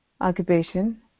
occupation